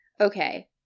Okay